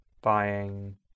buying